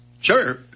Sure